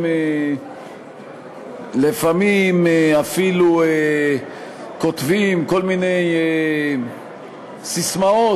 לפעמים אפילו כותבים כל מיני ססמאות,